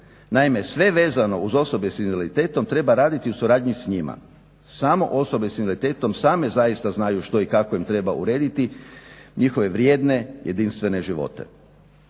Naime, sve vezano uz osobe sa invaliditetom treba raditi u suradnji s njima. Samo osobe sa invaliditetom same zaista znaju što i kako im treba urediti njihove vrijedne jedinstvene živote.